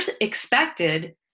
expected